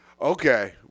Okay